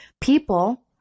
People